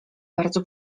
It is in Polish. bardzo